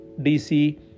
DC